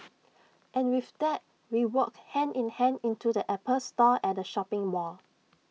and with that we walked hand in hand into the Apple store at the shopping mall